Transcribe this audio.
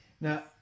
Now